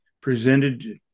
presented